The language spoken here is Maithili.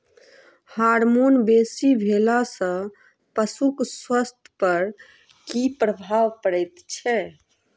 हार्मोन बेसी भेला सॅ पशुक स्वास्थ्य पर की प्रभाव पड़ैत छै?